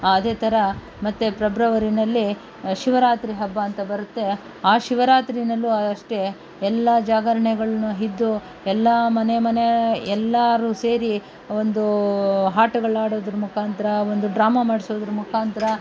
ಅದೇ ಥರ ಮತ್ತೆ ಪ್ರೆಬ್ರವರಿಯಲ್ಲಿ ಶಿವರಾತ್ರಿ ಹಬ್ಬ ಅಂತ ಬರುತ್ತೆ ಆ ಶಿವರಾತ್ರಿಯಲ್ಲು ಅಷ್ಟೇ ಎಲ್ಲ ಜಾಗರಣೆಗಳನ್ನು ಹಿಡಿದು ಎಲ್ಲ ಮನೆ ಮನೆ ಎಲ್ಲರು ಸೇರಿ ಒಂದು ಆಟಗಳಾಡೋದ್ರ ಮುಖಾಂತ್ರ ಒಂದು ಡ್ರಾಮ ಮಾಡಿಸೋದ್ರ ಮುಖಾಂತ್ರ